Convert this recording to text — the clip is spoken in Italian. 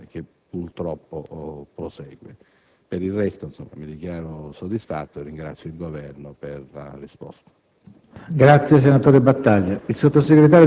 una spaventosa lottizzazione, che purtroppo sta proseguendo. Per il resto mi dichiaro soddisfatto e ringrazio il Governo per la risposta.